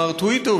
מר טויטו,